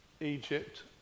Egypt